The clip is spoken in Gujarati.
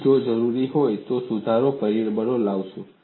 પછી જો જરૂરી હોય તો સુધારણા પરિબળો લાવો